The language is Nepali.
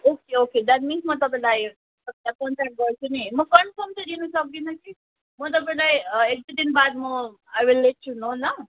ओके ओके द्याट मिन्स म तपाईँलाई हुन्छ कन्ट्याक्ट गर्छु नि म कन्फर्म चाहिँ दिनु सक्दिनँ कि म तपाईँलाई एक दुई दिनबाद म I will let you know ल